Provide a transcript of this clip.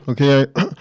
Okay